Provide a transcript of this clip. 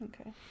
okay